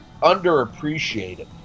underappreciated